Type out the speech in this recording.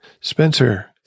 Spencer